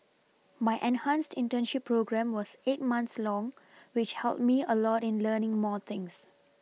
my enhanced internship programme was eight months long which helped me a lot in learning more things